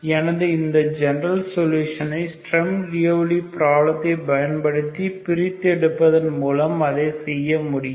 எனது இந்த ஜெனரல் சொல்லுசனை ஸ்ட்ரம் லியோவ்லி ப்ராப்ளத்தை பயன்படுத்தி பிரித்து எடுப்பதன் மூலம் அதை செய்ய முடியும்